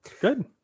Good